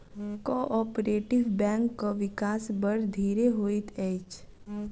cooperative बैंकक विकास बड़ धीरे होइत अछि